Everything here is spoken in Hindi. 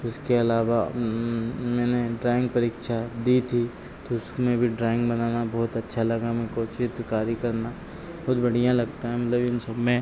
उसके अलावा मैंने ड्राइंग परीक्षा दी थी तो उसमें भी ड्राइंग बनाना बहुत अच्छा लगा मेको और चित्रकारी करना बहुत बढ़िया लगता है मतलब इन सबमें